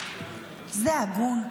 זה הגון?